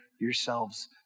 yourselves